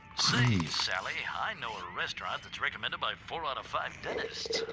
sally, i know a restaurant that's recommended by four out five dentists.